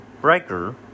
Breaker